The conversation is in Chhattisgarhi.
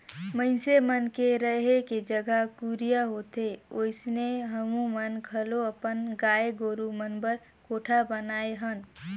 मइनसे मन के रहें के जघा कुरिया होथे ओइसने हमुमन घलो अपन गाय गोरु मन बर कोठा बनाये हन